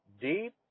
deep